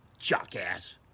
Jockass